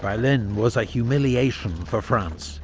bailen was a humiliation for france